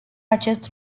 acest